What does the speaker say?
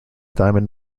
diamond